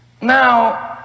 Now